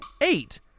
Eight